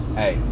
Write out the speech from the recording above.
hey